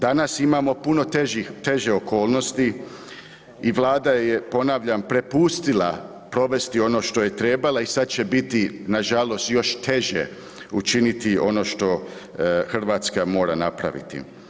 Danas imamo puno teže okolnosti i Vlada je ponavljam prepustila provesti ono što je trebala i sada će biti nažalost još teže učiniti ono što Hrvatska mora napraviti.